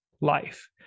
life